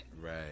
Right